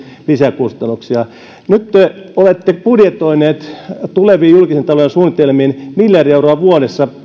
lisäkustannuksia nyt te olette budjetoineet monta vuotta eteenpäin tuleviin julkisen talouden suunnitelmiin miljardi euroa vuodessa